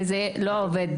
וזה לא עובד.